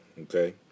okay